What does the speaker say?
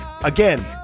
Again